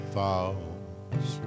falls